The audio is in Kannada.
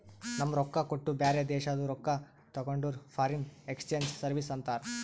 ನಮ್ ರೊಕ್ಕಾ ಕೊಟ್ಟು ಬ್ಯಾರೆ ದೇಶಾದು ರೊಕ್ಕಾ ತಗೊಂಡುರ್ ಫಾರಿನ್ ಎಕ್ಸ್ಚೇಂಜ್ ಸರ್ವೀಸ್ ಅಂತಾರ್